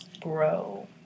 grow